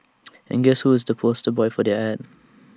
and guess who is the poster boy for their Ad